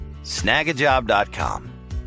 Snagajob.com